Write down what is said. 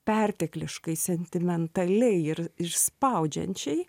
pertekliškai sentimentaliai ir ir spaudžiančiai